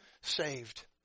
saved